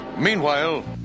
Meanwhile